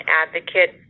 advocate